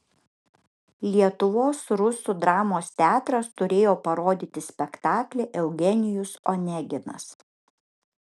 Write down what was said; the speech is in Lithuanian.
lietuvos rusų dramos teatras turėjo parodyti spektaklį eugenijus oneginas